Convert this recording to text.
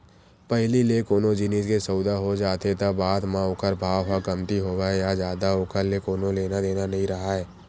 पहिली ले कोनो जिनिस के सउदा हो जाथे त बाद म ओखर भाव ह कमती होवय या जादा ओखर ले कोनो लेना देना नइ राहय